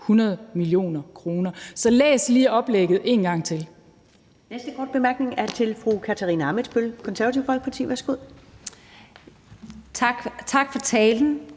100 mio. kr. Så læs lige oplægget en gang til.